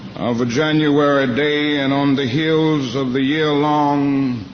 of a january day and on the heels of the year-long